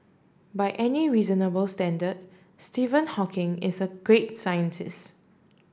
by any reasonable standard Stephen Hawking is a great scientist